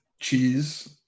cheese